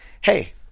hey